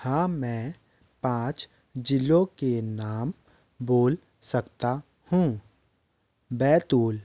हाँ मैं पाँच जिलों के नाम बोल सकता हूँ बैतूल